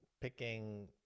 picking